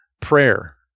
prayer